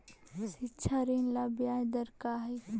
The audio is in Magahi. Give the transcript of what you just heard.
शिक्षा ऋण ला ब्याज दर का हई?